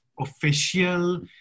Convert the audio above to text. Official